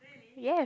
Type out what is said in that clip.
yes